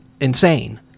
insane